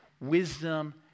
wisdom